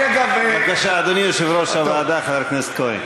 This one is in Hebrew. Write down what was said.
אדוני יושב-ראש הוועדה חבר הכנסת כהן.